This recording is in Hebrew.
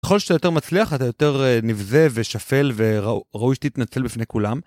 ככל שאתה יותר מצליח, אתה יותר נבזה ושפל וראוי שתתנצל בפני כולם.